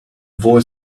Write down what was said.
whole